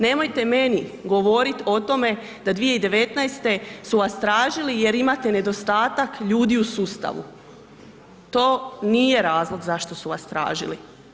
Nemojte meni govoriti o tome da 2019. su vas tražili jer imate nedostatak ljudi u sustavu, to nije razlog zašto su vas tražili.